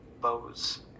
bows